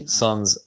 sons